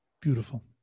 Beautiful